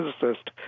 physicist